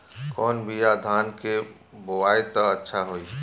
कौन बिया धान के बोआई त अच्छा होई?